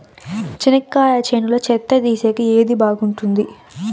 చెనక్కాయ చేనులో చెత్త తీసేకి ఏది బాగుంటుంది?